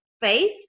faith